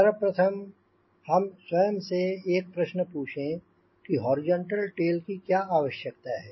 सर्वप्रथम हम स्वयं से एक प्रश्न पूछें कि हॉरिजॉन्टल टेल की क्या आवश्यकता है